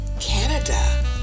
Canada